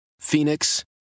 Phoenix